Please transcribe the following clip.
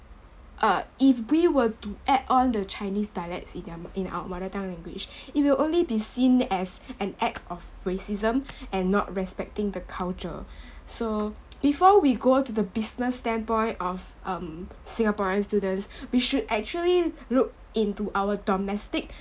uh if we were to add on the chinese dialects in their in our mother tongue language it will only be seen as an act of racism and not respecting the culture so before we go to the business standpoint of um singaporean students we should actually look into our domestic